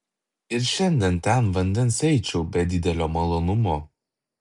ir šiandien ten vandens eičiau be didelio malonumo